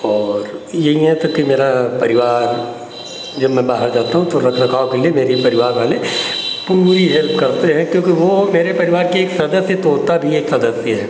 और यह यहाँ तक कि मेरा परिवार जब मैं बाहर जाता हूँ तो रखरखाव के लिए मेरे परिवार वाले पूरी हेल्प करते हैं क्योंकि वह मेरे परिवार के एक सदस्य तोता भी एक सदस्य है